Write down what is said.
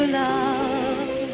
love